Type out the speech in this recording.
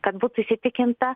kad būtų įsitikinta